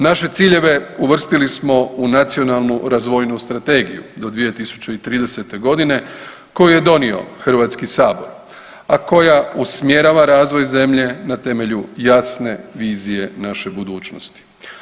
Naše ciljeve uvrstili smo u Nacionalnu razvoju strategiju do 2030. godine koju je donio Hrvatski sabor, a koja usmjerava razvoj zemlje na temelju jasne vizije naše budućnosti.